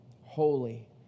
holy